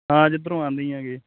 ਹਾਂ ਜਿੱਧਰੋ ਆਉਂਦੇ ਹੀ ਹੈਗੇ